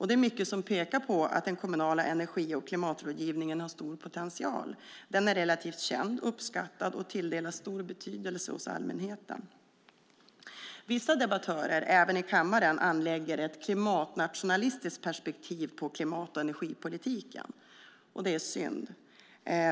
Det är mycket som pekar på att den kommunala energi och klimatrådgivningen har stor potential. Den är relativt känd och uppskattad och tilldelas stor betydelse hos allmänheten. Vissa debattörer, även i kammaren, anlägger ett klimatnationalistiskt perspektiv på klimat och energipolitiken, och det är synd.